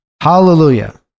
Hallelujah